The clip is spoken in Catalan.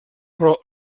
però